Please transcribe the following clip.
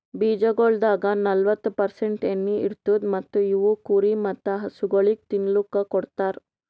ಬೀಜಗೊಳ್ದಾಗ್ ನಲ್ವತ್ತು ಪರ್ಸೆಂಟ್ ಎಣ್ಣಿ ಇರತ್ತುದ್ ಮತ್ತ ಇವು ಕುರಿ ಮತ್ತ ಹಸುಗೊಳಿಗ್ ತಿನ್ನಲುಕ್ ಕೊಡ್ತಾರ್